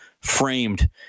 framed